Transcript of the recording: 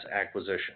acquisition